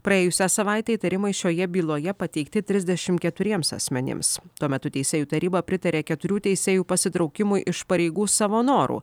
praėjusią savaitę įtarimai šioje byloje pateikti trisdešimt keturiems asmenims tuo metu teisėjų taryba pritarė keturių teisėjų pasitraukimui iš pareigų savo noru